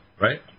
Right